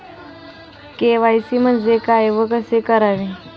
KYC म्हणजे काय व कसे करावे?